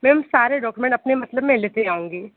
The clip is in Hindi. मैम सारे डॉक्यूमेंट अपने मतलब मैं लेके आऊंगी